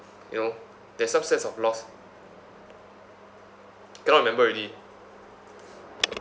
you know there's some sense of loss cannot remember already